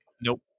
Nope